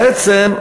בעצם,